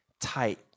tight